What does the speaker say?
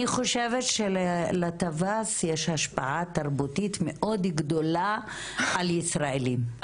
אני חושבת שלטווס יש השפעה תרבותית מאוד גדולה על ישראלים.